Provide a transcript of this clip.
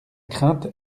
crainte